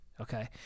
Okay